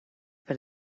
per